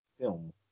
Film